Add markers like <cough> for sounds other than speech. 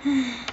<breath>